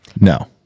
No